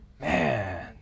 man